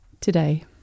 today